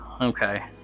okay